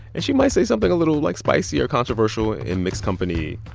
and she might say something a little, like, spicy or controversial in mixed company.